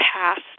past